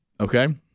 Okay